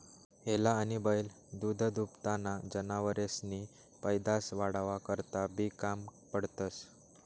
हेला आनी बैल दूधदूभताना जनावरेसनी पैदास वाढावा करता बी काम पडतंस